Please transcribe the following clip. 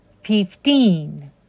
fifteen